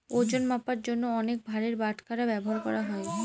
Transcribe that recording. ওজন মাপার জন্য অনেক ভারের বাটখারা ব্যবহার করা হয়